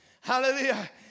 Hallelujah